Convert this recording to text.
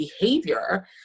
behavior